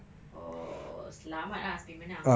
oh selamat ah spain menang